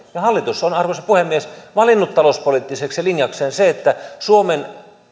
ja hallitus on arvoisa puhemies valinnut talouspoliittiseksi linjakseen sen että suomen